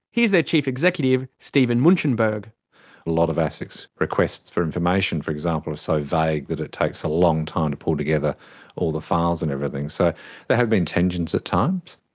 here's their chief executive, steven munchenberg. a lot of asic's requests for information, for example, are so vague that it takes a long time to pull together all the files and everything. so there have been tensions at times.